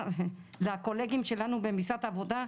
לקולגות שלנו במשרד העבודה,